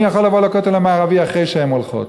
אני יכול לבוא לכותל המערבי אחרי שהן הולכות.